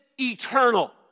eternal